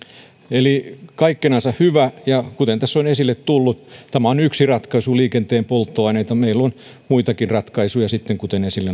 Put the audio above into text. eli kaikkinensa hyvä ja kuten tässä on esille tullut tämä on yksi ratkaisu liikenteen polttoaineisiin meillä on muitakin ratkaisuja kuten esille